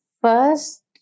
first